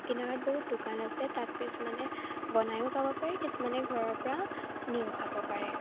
কিনাৰত বহুত দোকান আছে তাত কিছুমানে বনায়ো খাব পাৰে কিছুমানে ঘৰৰ পৰা নিও খাব পাৰে